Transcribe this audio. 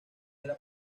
era